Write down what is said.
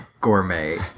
gourmet